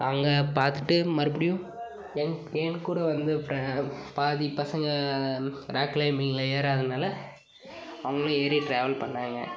நாங்கள் பார்த்துட்டு மறுபடியும் என் என் கூட வந்த பாதி பசங்க ராக் க்ளைம்பிங்கில் ஏறாதாதுனால் அவங்குளும் ஏறி ட்ராவல் பண்ணாங்க